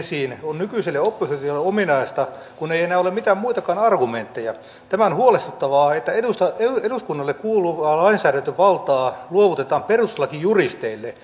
ottaminen esiin on nykyiselle oppositiolle ominaista kun ei enää ole mitään muitakaan argumentteja on huolestuttavaa että eduskunnalle kuuluvaa lainsäädäntövaltaa luovutetaan perustuslakijuristeille